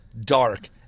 dark